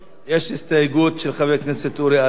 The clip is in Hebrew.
יש הסתייגות של חבר הכנסת אורי אריאל,